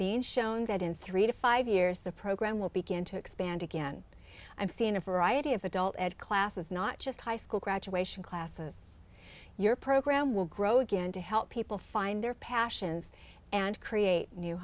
being shown that in three to five years the program will begin to expand again i've seen a variety of adult ed classes not just high school graduation classes your program will grow again to help people find their passions and create new